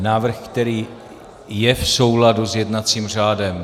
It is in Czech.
Návrh, který je v souladu s jednacím řádem.